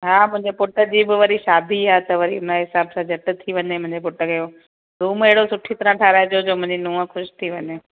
हा मुंहिंजे पुटु जी बि वरी शादी आहे त वरी उनजे हिसाब सां झटि थी वञे मुंहिंजे पुटु जो रूम अहिड़ो सुठी तरह ठहाराइजो जो मुंहिंजी नूहं ख़ुशि थी वञे